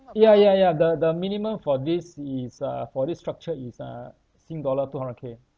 ya ya ya the the minimum for this is uh for this structure is uh sing dollar two hundred K